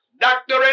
Doctor